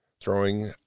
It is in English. throwing